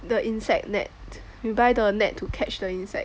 the insect net you buy the net to catch the insect